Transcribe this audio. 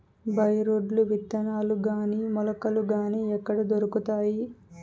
By రోడ్లు విత్తనాలు గాని మొలకలు గాని ఎక్కడ దొరుకుతాయి?